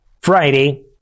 Friday